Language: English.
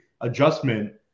adjustment